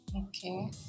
Okay